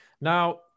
now